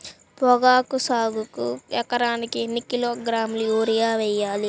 పొగాకు సాగుకు ఎకరానికి ఎన్ని కిలోగ్రాముల యూరియా వేయాలి?